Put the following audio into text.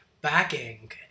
backing